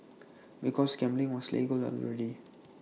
because gambling was legal already